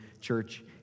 church